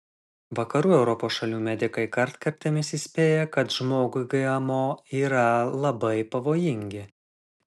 vakarų europos šalių medikai kartkartėmis įspėja kad žmogui gmo yra labai pavojingi